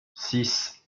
six